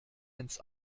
ins